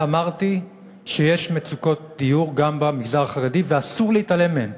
ואמרתי שיש מצוקות דיור גם במגזר החרדי ואסור להתעלם מהן.